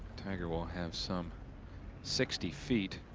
tiger will have some sixty feet.